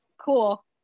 cool